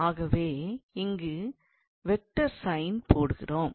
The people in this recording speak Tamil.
ஆகவே இங்கு வெக்டர் சைன் போடுகிறோம்